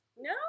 No